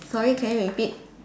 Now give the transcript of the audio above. sorry can you repeat